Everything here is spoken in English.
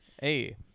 Hey